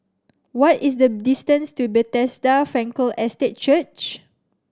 what is the distance to Bethesda Frankel Estate Church